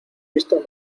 visto